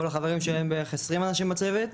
היינו בערך 20 אנשים בצוות,